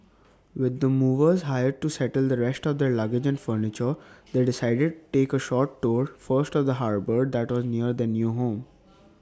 with the movers hired to settle the rest of their luggage furniture they decided take A short tour first of the harbour that was near their new home